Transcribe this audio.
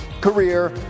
career